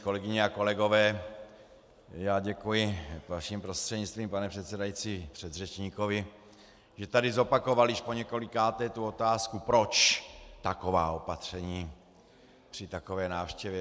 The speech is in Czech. Kolegyně a kolegové, já děkuji vaším prostřednictvím, pane předsedající, předřečníkovi, že tady zopakoval již poněkolikáté otázku, proč taková opatření při takové návštěvě.